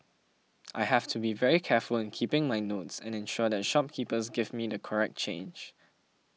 I have to be very careful in keeping my notes and ensure that shopkeepers give me the correct change